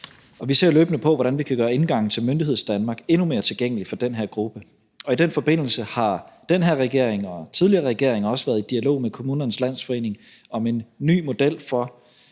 Vi ser løbende på, hvordan vi kan gøre indgangen til Myndighedsdanmark endnu mere tilgængelig for den her gruppe, og i den forbindelse har den her regering og tidligere regeringer også været i dialog med Kommunernes Landsforening om en ny model for